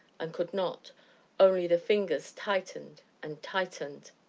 and could not only the fingers tightened and tightened.